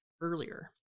earlier